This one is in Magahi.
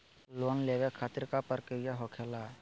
लोन लेवे खातिर का का प्रक्रिया होखेला?